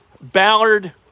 Ballard